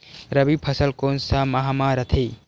रबी फसल कोन सा माह म रथे?